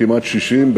כמעט 60,